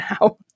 now